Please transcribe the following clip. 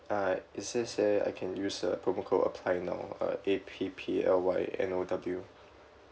uh it says that I can use the promo code apply now uh A P P L Y N O W